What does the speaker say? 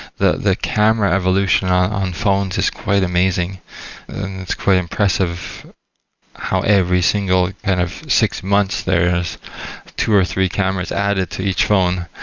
the the camera evolution on phones is quite amazing and it's quite impressive how every single kind of six months, there's two or three cameras added to each phone.